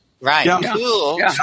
Right